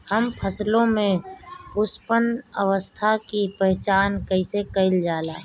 हम फसलों में पुष्पन अवस्था की पहचान कईसे कईल जाला?